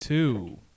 Two